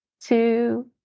two